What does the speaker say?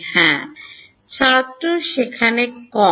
হ্যাঁ ছাত্র সেখানে কম